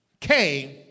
came